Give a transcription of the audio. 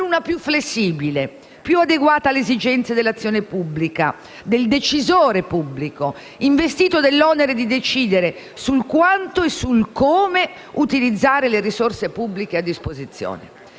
più flessibile, più adeguata alle esigenze dell'azione pubblica, del decisore pubblico, investito dell'onere di decidere sul quanto e sul come utilizzare le risorse pubbliche a disposizione.